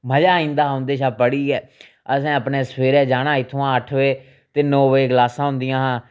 मजा आई जंदा हा उं'दे शा पढ़ियै असें अपने सवेरै जाना इत्थुआं अट्ठ बजे ते नौ बजे क्लासां होंदियां हियां